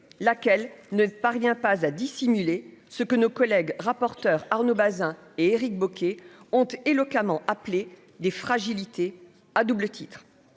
laquelle ne parvient pas à dissimuler ce que nos collègues rapporteur Arnaud Bazin et Éric Bocquet honte éloquemment appeler des fragilités à double titre